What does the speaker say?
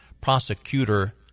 Prosecutor